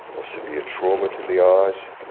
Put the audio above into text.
or severe trauma to the eyes.